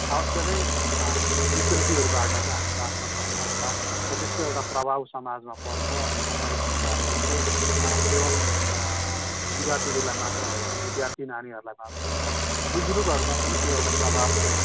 अवश्य नै यो विकृतिहरूबाट चाहिँ हामी बाँच्न सक्छौँ होला र त्यसको एउटा प्रभाव समाजमा पर्छ अनि तपाईँले भन्नुभएको जस्तो केवल युवा पिँढीलाई मात्र होइन विद्यार्थी नानीहरूलाई मात्र होइन बुजुर्गहरूमा पनि त्यो एउटा प्रभावको